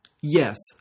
Yes